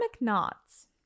knots